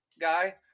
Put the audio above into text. guy